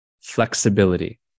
flexibility